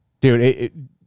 Dude